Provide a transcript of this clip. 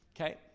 okay